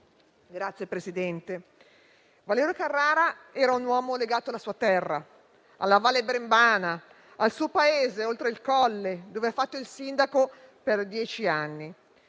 Signor Presidente, Valerio Carrara era un uomo legato alla sua terra, alla Val Brembana, al suo paese, Oltre Il Colle, dove ha fatto il sindaco per dieci anni.